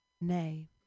Nay